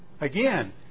Again